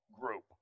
group